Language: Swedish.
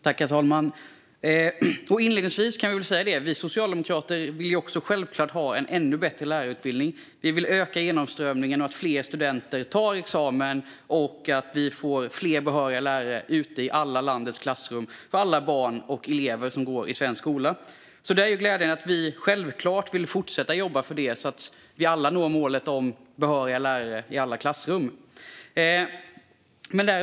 Herr talman! Inledningsvis vill jag säga att vi socialdemokrater självfallet också vill ha en ännu bättre lärarutbildning. Vi vill öka genomströmningen, att fler studenter ska ta examen och att vi ska få fler behöriga lärare i landets alla klassrum. Det är självklart att vi vill fortsätta att jobba för detta, så att vi alla når målet om behöriga lärare i alla klassrum.